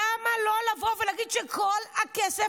למה לא לבוא ולהגיד שכל הכסף,